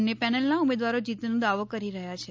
બન્ને પેનલના ઉમેદવારો જીતનો દાવો કરી રહ્યા છે